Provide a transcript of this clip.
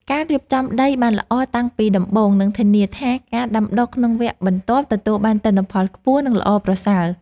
ការរៀបចំដីបានល្អតាំងពីដំបូងនឹងធានាថាការដាំដុះក្នុងវគ្គបន្ទាប់ទទួលបានទិន្នផលខ្ពស់ និងល្អប្រសើរ។